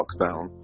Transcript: lockdown